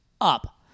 up